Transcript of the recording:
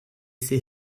c’est